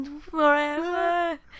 Forever